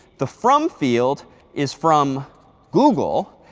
the from field is from google.